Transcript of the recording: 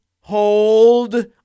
hold